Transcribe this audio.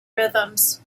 rhythms